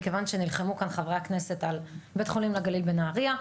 מכיוון שנלחמו כאן חברי הכנסת על בית חולים לגליל בנהריה,